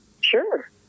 Sure